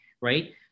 Right